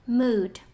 mood